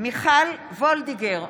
מיכל וולדיגר,